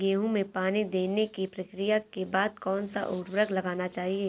गेहूँ में पानी देने की प्रक्रिया के बाद कौन सा उर्वरक लगाना चाहिए?